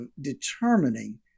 determining